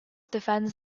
defends